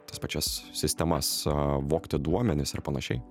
tas pačias sistemas vogti duomenis ir panašiai